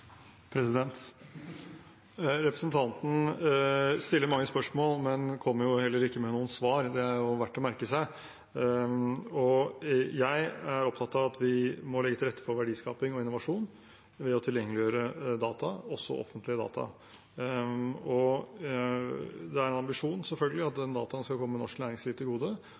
samarbeidet? Representanten stiller mange spørsmål, men kommer ikke med noen svar. Det er verdt å merke seg. Jeg er opptatt av at vi må legge til rette for verdiskaping og innovasjon ved å tilgjengeliggjøre data, også offentlige data. Det er en ambisjon – selvfølgelig – at den dataen skal komme norsk næringsliv til gode,